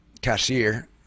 cashier